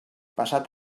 passat